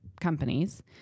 companies